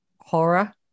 horror